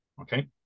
Okay